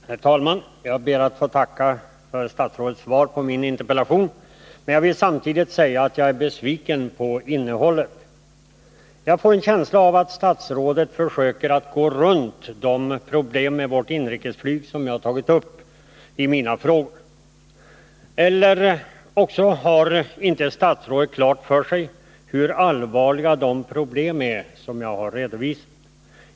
Herr talman! Jag tackar för statsrådets svar på min interpellation, men jag vill samtidigt säga att jag är besviken på innehållet. Jag får en känsla av att statsrådet försöker gå runt de problem med vårt inrikesflyg som jag har tagit upp i mina frågor. Eller också har statsrådet inte klart för sig hur allvarliga de problem är som jag har redovisat.